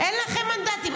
-- אין לכם מנדטים.